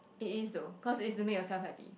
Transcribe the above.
it is though cause it's to make yourself happy